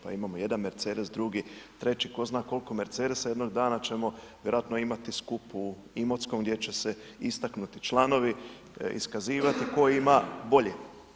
Ali da imamo jedan Mercedes, drugi, treći, ko zna koliko Mercedesa, jednog dana ćemo vjerojatno imati skup u Imotskom, gdje će se istaknuti članovi, iskazivati tko ima bolji.